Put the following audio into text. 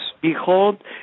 Behold